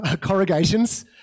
corrugations